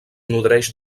nodreix